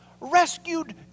rescued